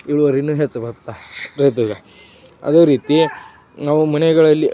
ಇಳುವರಿಯೂ ಹೆಚ್ಚು ಬರುತ್ತೆ ರೈತಗೆ ಅದೇ ರೀತಿ ನಾವು ಮನೆಗಳಲ್ಲಿ